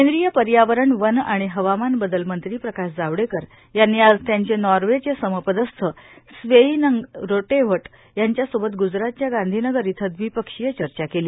केंद्रीय पर्यावरण वन आणि हवामान बदल मंत्री प्रकाश जावडेकर यांनी आज त्यांचे नॉर्वेचे समपदस्थ स्वेईनंग रोटेव्हट यांच्यासोबत ग्जरातच्या गांधीनगर इथं द्विपक्षीय चर्चा केली